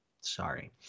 Sorry